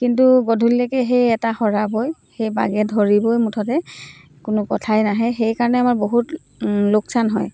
কিন্তু গধূলিলৈকে সেই এটা হেৰাবই সেই বাঘে ধৰিবই মুঠতে কোনো কথাই নাহে সেইকাৰণে আমাৰ বহুত লোকচান হয়